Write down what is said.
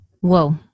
Whoa